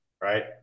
right